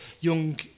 young